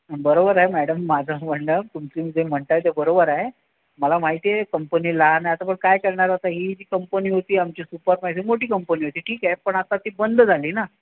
बरोबर आहे मॅडम माझं म्हणणं तुम्ही जे म्हणताय ते बरोबर आहे मला माहिती आहे कंपनी लहान आहे आता मग काय करणार आता ही जी कंपनी होती आमची सुपरमॅक्स ही मोठी कंपनी होती ठीक आहे पण आता ती बंद झाली ना